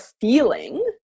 feeling